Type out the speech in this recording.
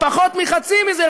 בפחות מחצי מזה,